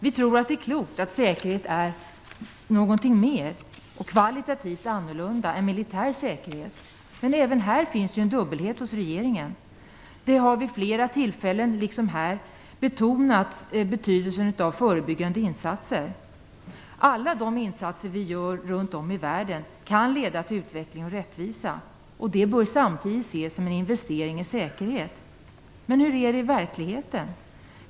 Vi tror att det är klokt att konstatera att säkerhet är något mer och kvalitativt annorlunda än militär säkerhet. Men även här finns en dubbelhet hos regeringen. Betydelsen av förebyggande insatser har betonats vid flera tillfällen tidigare, liksom här i dag. Alla de insatser vi gör runt om i världen kan leda till utveckling och rättvisa, och de bör samtidigt ses som en investering i säkerhet. Men hur är det i verkligheten?